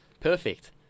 perfect